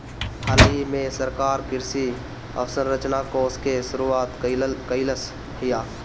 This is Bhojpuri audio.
हालही में सरकार कृषि अवसंरचना कोष के शुरुआत कइलस हियअ